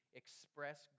express